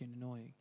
annoying